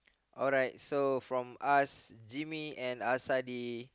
alright so from us Jimmy and Asadi